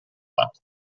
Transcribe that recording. parte